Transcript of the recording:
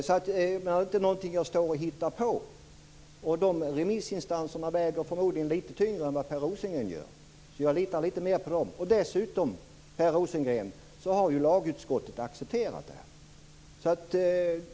Det är inte något som jag står och hittar på. De remissinstanserna väger förmodligen litet tyngre än vad Per Rosengren gör, så jag litar litet mer på dem. Dessutom, Per Rosengren, har lagutskottet accepterat detta.